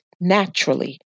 naturally